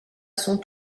son